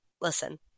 listen